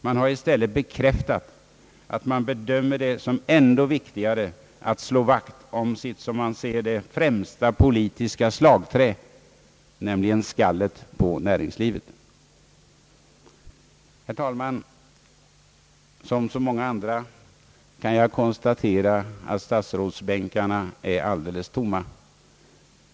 Man har i stället bekräftat att man bedömer det som ännu viktigare att slå vakt kring sitt främsta politiska slagträ, nämligen skallet på näringslivet. Herr talman! Som så många andra kan jag konstatera att statsrådsbänkarna är alldeles tomma.